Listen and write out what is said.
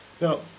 Now